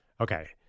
Okay